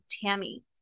Tammy